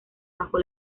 bajo